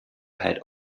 had